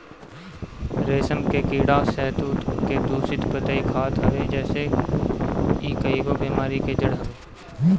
रेशम के कीड़ा शहतूत के दूषित पतइ खात हवे जेसे इ कईगो बेमारी के जड़ हवे